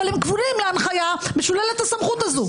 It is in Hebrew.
אבל הם כבולים להנחיה משוללת הסמכות הזאת.